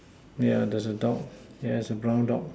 yeah there's a dog there's a brown dog